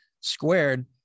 squared